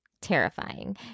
terrifying